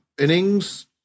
innings